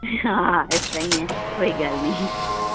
ਹਾਂ ਇਸ ਤਰ੍ਹਾਂ ਹੀ ਹੈ ਕੋਈ ਗੱਲ ਨਹੀਂ